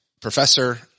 professor